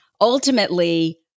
ultimately